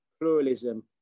pluralism